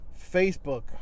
Facebook